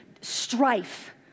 strife